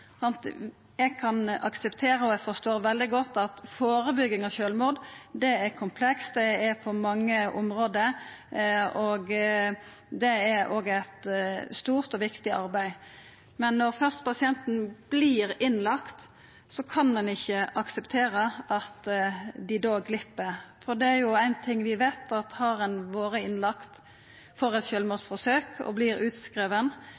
helsestellet. Eg kan akseptera og forstår veldig godt at førebygging av sjølvmord er komplekst og gjeld mange område, og det er òg eit stort og viktig arbeid. Men når først pasienten vert innlagd, kan ein ikkje akseptera at det er da han eller ho glepp. For det er ein ting vi veit, og det er at har ein vore innlagd for eit sjølvmordsforsøk og vert utskriven,